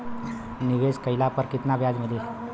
निवेश काइला पर कितना ब्याज मिली?